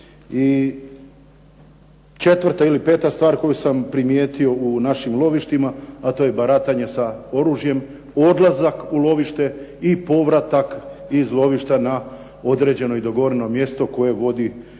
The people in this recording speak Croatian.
I četvrta ili peta stvar koju sam primjetio u našim lovištima, a to je baratanje sa oružjem, odlazak u lovište i povratak iz lovišta na određeno i dogovoreno mjesto koje vodi vođa